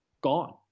gone